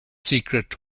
secret